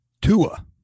Tua